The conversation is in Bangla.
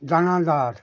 দানাদার